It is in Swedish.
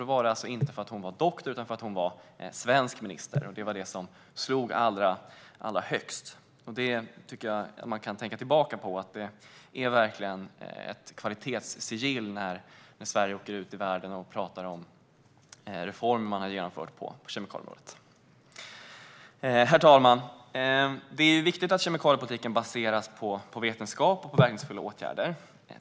Det var alltså inte för att hon var doktor utan för att hon var svensk minister. Det var det som smällde allra högst. Det tycker jag att man kan tänka tillbaka på. Det är verkligen ett kvalitetssigill när Sverige åker ut i världen och talar om reformer man har genomfört på kemikalieområdet. Herr talman! Det är viktigt att kemikaliepolitiken baseras på vetenskap och verkningsfulla åtgärder.